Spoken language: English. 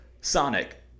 sonic